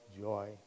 joy